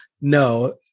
no